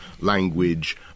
language